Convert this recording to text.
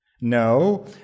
No